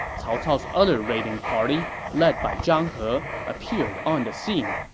cao cao's other raiding party, led by zhang he, appeared on the scene.